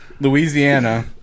Louisiana